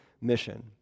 mission